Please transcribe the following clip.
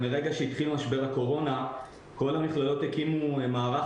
מרגע שהתחיל משבר הקורונה כל המכללות הקימו מערך